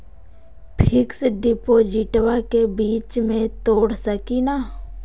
Fix डिपोजिटबा के बीच में तोड़ सकी ना?